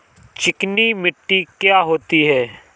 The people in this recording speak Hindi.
चिकनी मिट्टी क्या होती है?